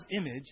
image